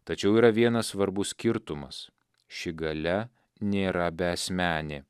tačiau yra vienas svarbus skirtumas ši galia nėra beasmenė